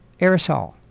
aerosol